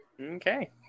Okay